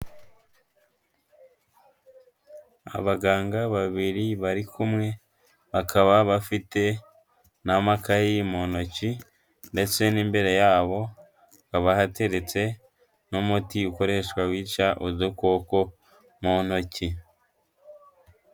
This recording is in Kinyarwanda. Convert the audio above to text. Abaganga babiri bari kumwe, bakaba bafite n'amakayi mu ntoki, ndetse n'imbere yabo, hakaba hateretse n'umuti ukoreshwa wica udukoko, mu ntoki.